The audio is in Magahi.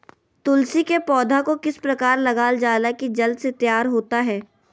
तुलसी के पौधा को किस प्रकार लगालजाला की जल्द से तैयार होता है?